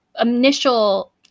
initial